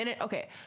Okay